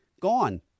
Gone